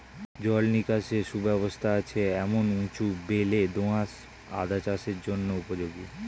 জল নিকাশের সুব্যবস্থা আছে এমন উঁচু বেলে দোআঁশ আদা চাষের জন্য উপযোগী